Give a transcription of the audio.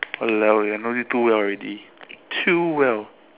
!walao! eh I know you too well already too well